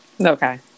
Okay